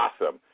awesome